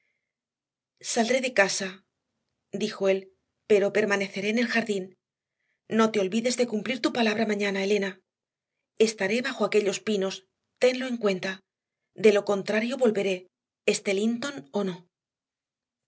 saldré de la casa dijo él pero permaneceré en el jardín no te olvides de cumplir tu palabra mañana elena estaré bajo aquellos pinos tenlo en cuenta de lo contrario volveré esté linton o no